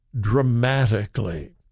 dramatically